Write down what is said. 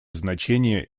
значение